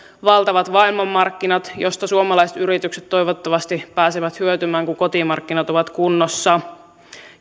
valtavat maailmanmarkkinat joista suomalaiset yritykset toivottavasti pääsevät hyötymään kun kotimarkkinat ovat kunnossa